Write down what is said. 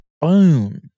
Boom